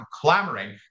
clamoring